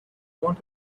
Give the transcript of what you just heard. want